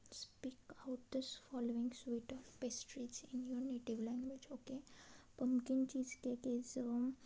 speak out this following sweet or pastries in your native language okay pumpkin cheese cake is